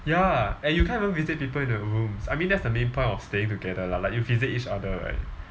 ya and you can't even visit people in the rooms I mean that's the main point of staying together lah like you visit each other right